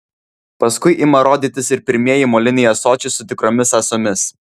paskui ima rodytis ir pirmieji moliniai ąsočiai su tikromis ąsomis